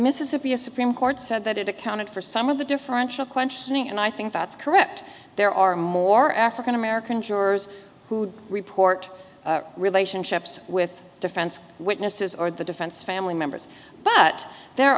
mississippi a supreme court said that it accounted for some of the differential questioning and i think that's correct there are more african american jurors who report relationships with defense witnesses or the defense family members but there